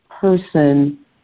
person